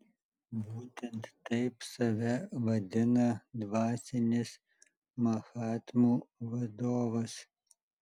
būtent taip save vadina dvasinis mahatmų vadovas